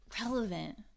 relevant